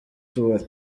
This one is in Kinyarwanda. tubari